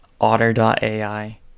otter.ai